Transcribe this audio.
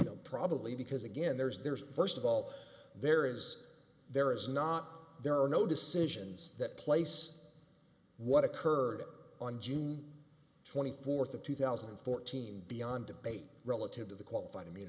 you know probably because again there's there's first of all there is there is not there are no decisions that place what occurred on june twenty fourth of two thousand and fourteen beyond debate relative to the qualified i mean